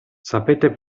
sapete